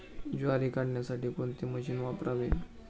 ज्वारी काढण्यासाठी कोणते मशीन वापरावे?